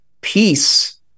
peace